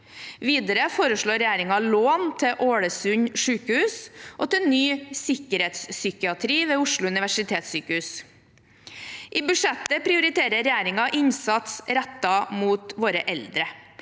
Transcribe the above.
Videre foreslår regjeringen lån til Ålesund sjukehus og til Ny sikkerhetspsykiatri ved Oslo universitetssykehus. I budsjettet prioriterer regjeringen innsats rettet mot våre eldre.